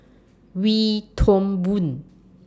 Wee Toon Boon